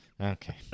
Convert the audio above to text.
Okay